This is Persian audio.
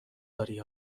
داری